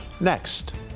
Next